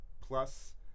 plus